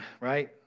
right